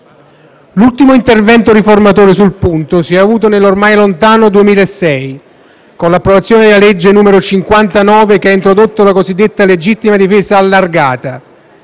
L'ultimo intervento riformatore sul punto si è avuto nell'ormai lontano 2006, con l'approvazione della legge n. 59 che ha introdotto la cosiddetta legittima difesa allargata